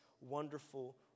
wonderful